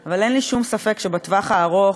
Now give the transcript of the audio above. אבל אין לי שום ספק שבטווח הארוך